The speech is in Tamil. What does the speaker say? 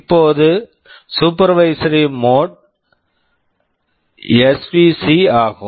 இப்போது supervisory supervisory mode mode SVC svc ஆகும்